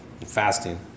fasting